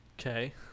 Okay